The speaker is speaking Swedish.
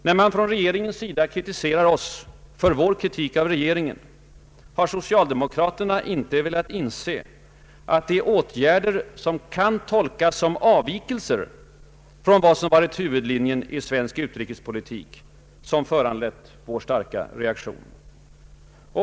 När man från regeringens sida kritiserat oss för vår kritik av regeringen har socialdemokraterna inte velat inse, att det är åtgärder som kan tolkas såsom avvikelser från vad som varit huvudlinjen i svensk utrikespolitik som föranlett vår starka reaktion.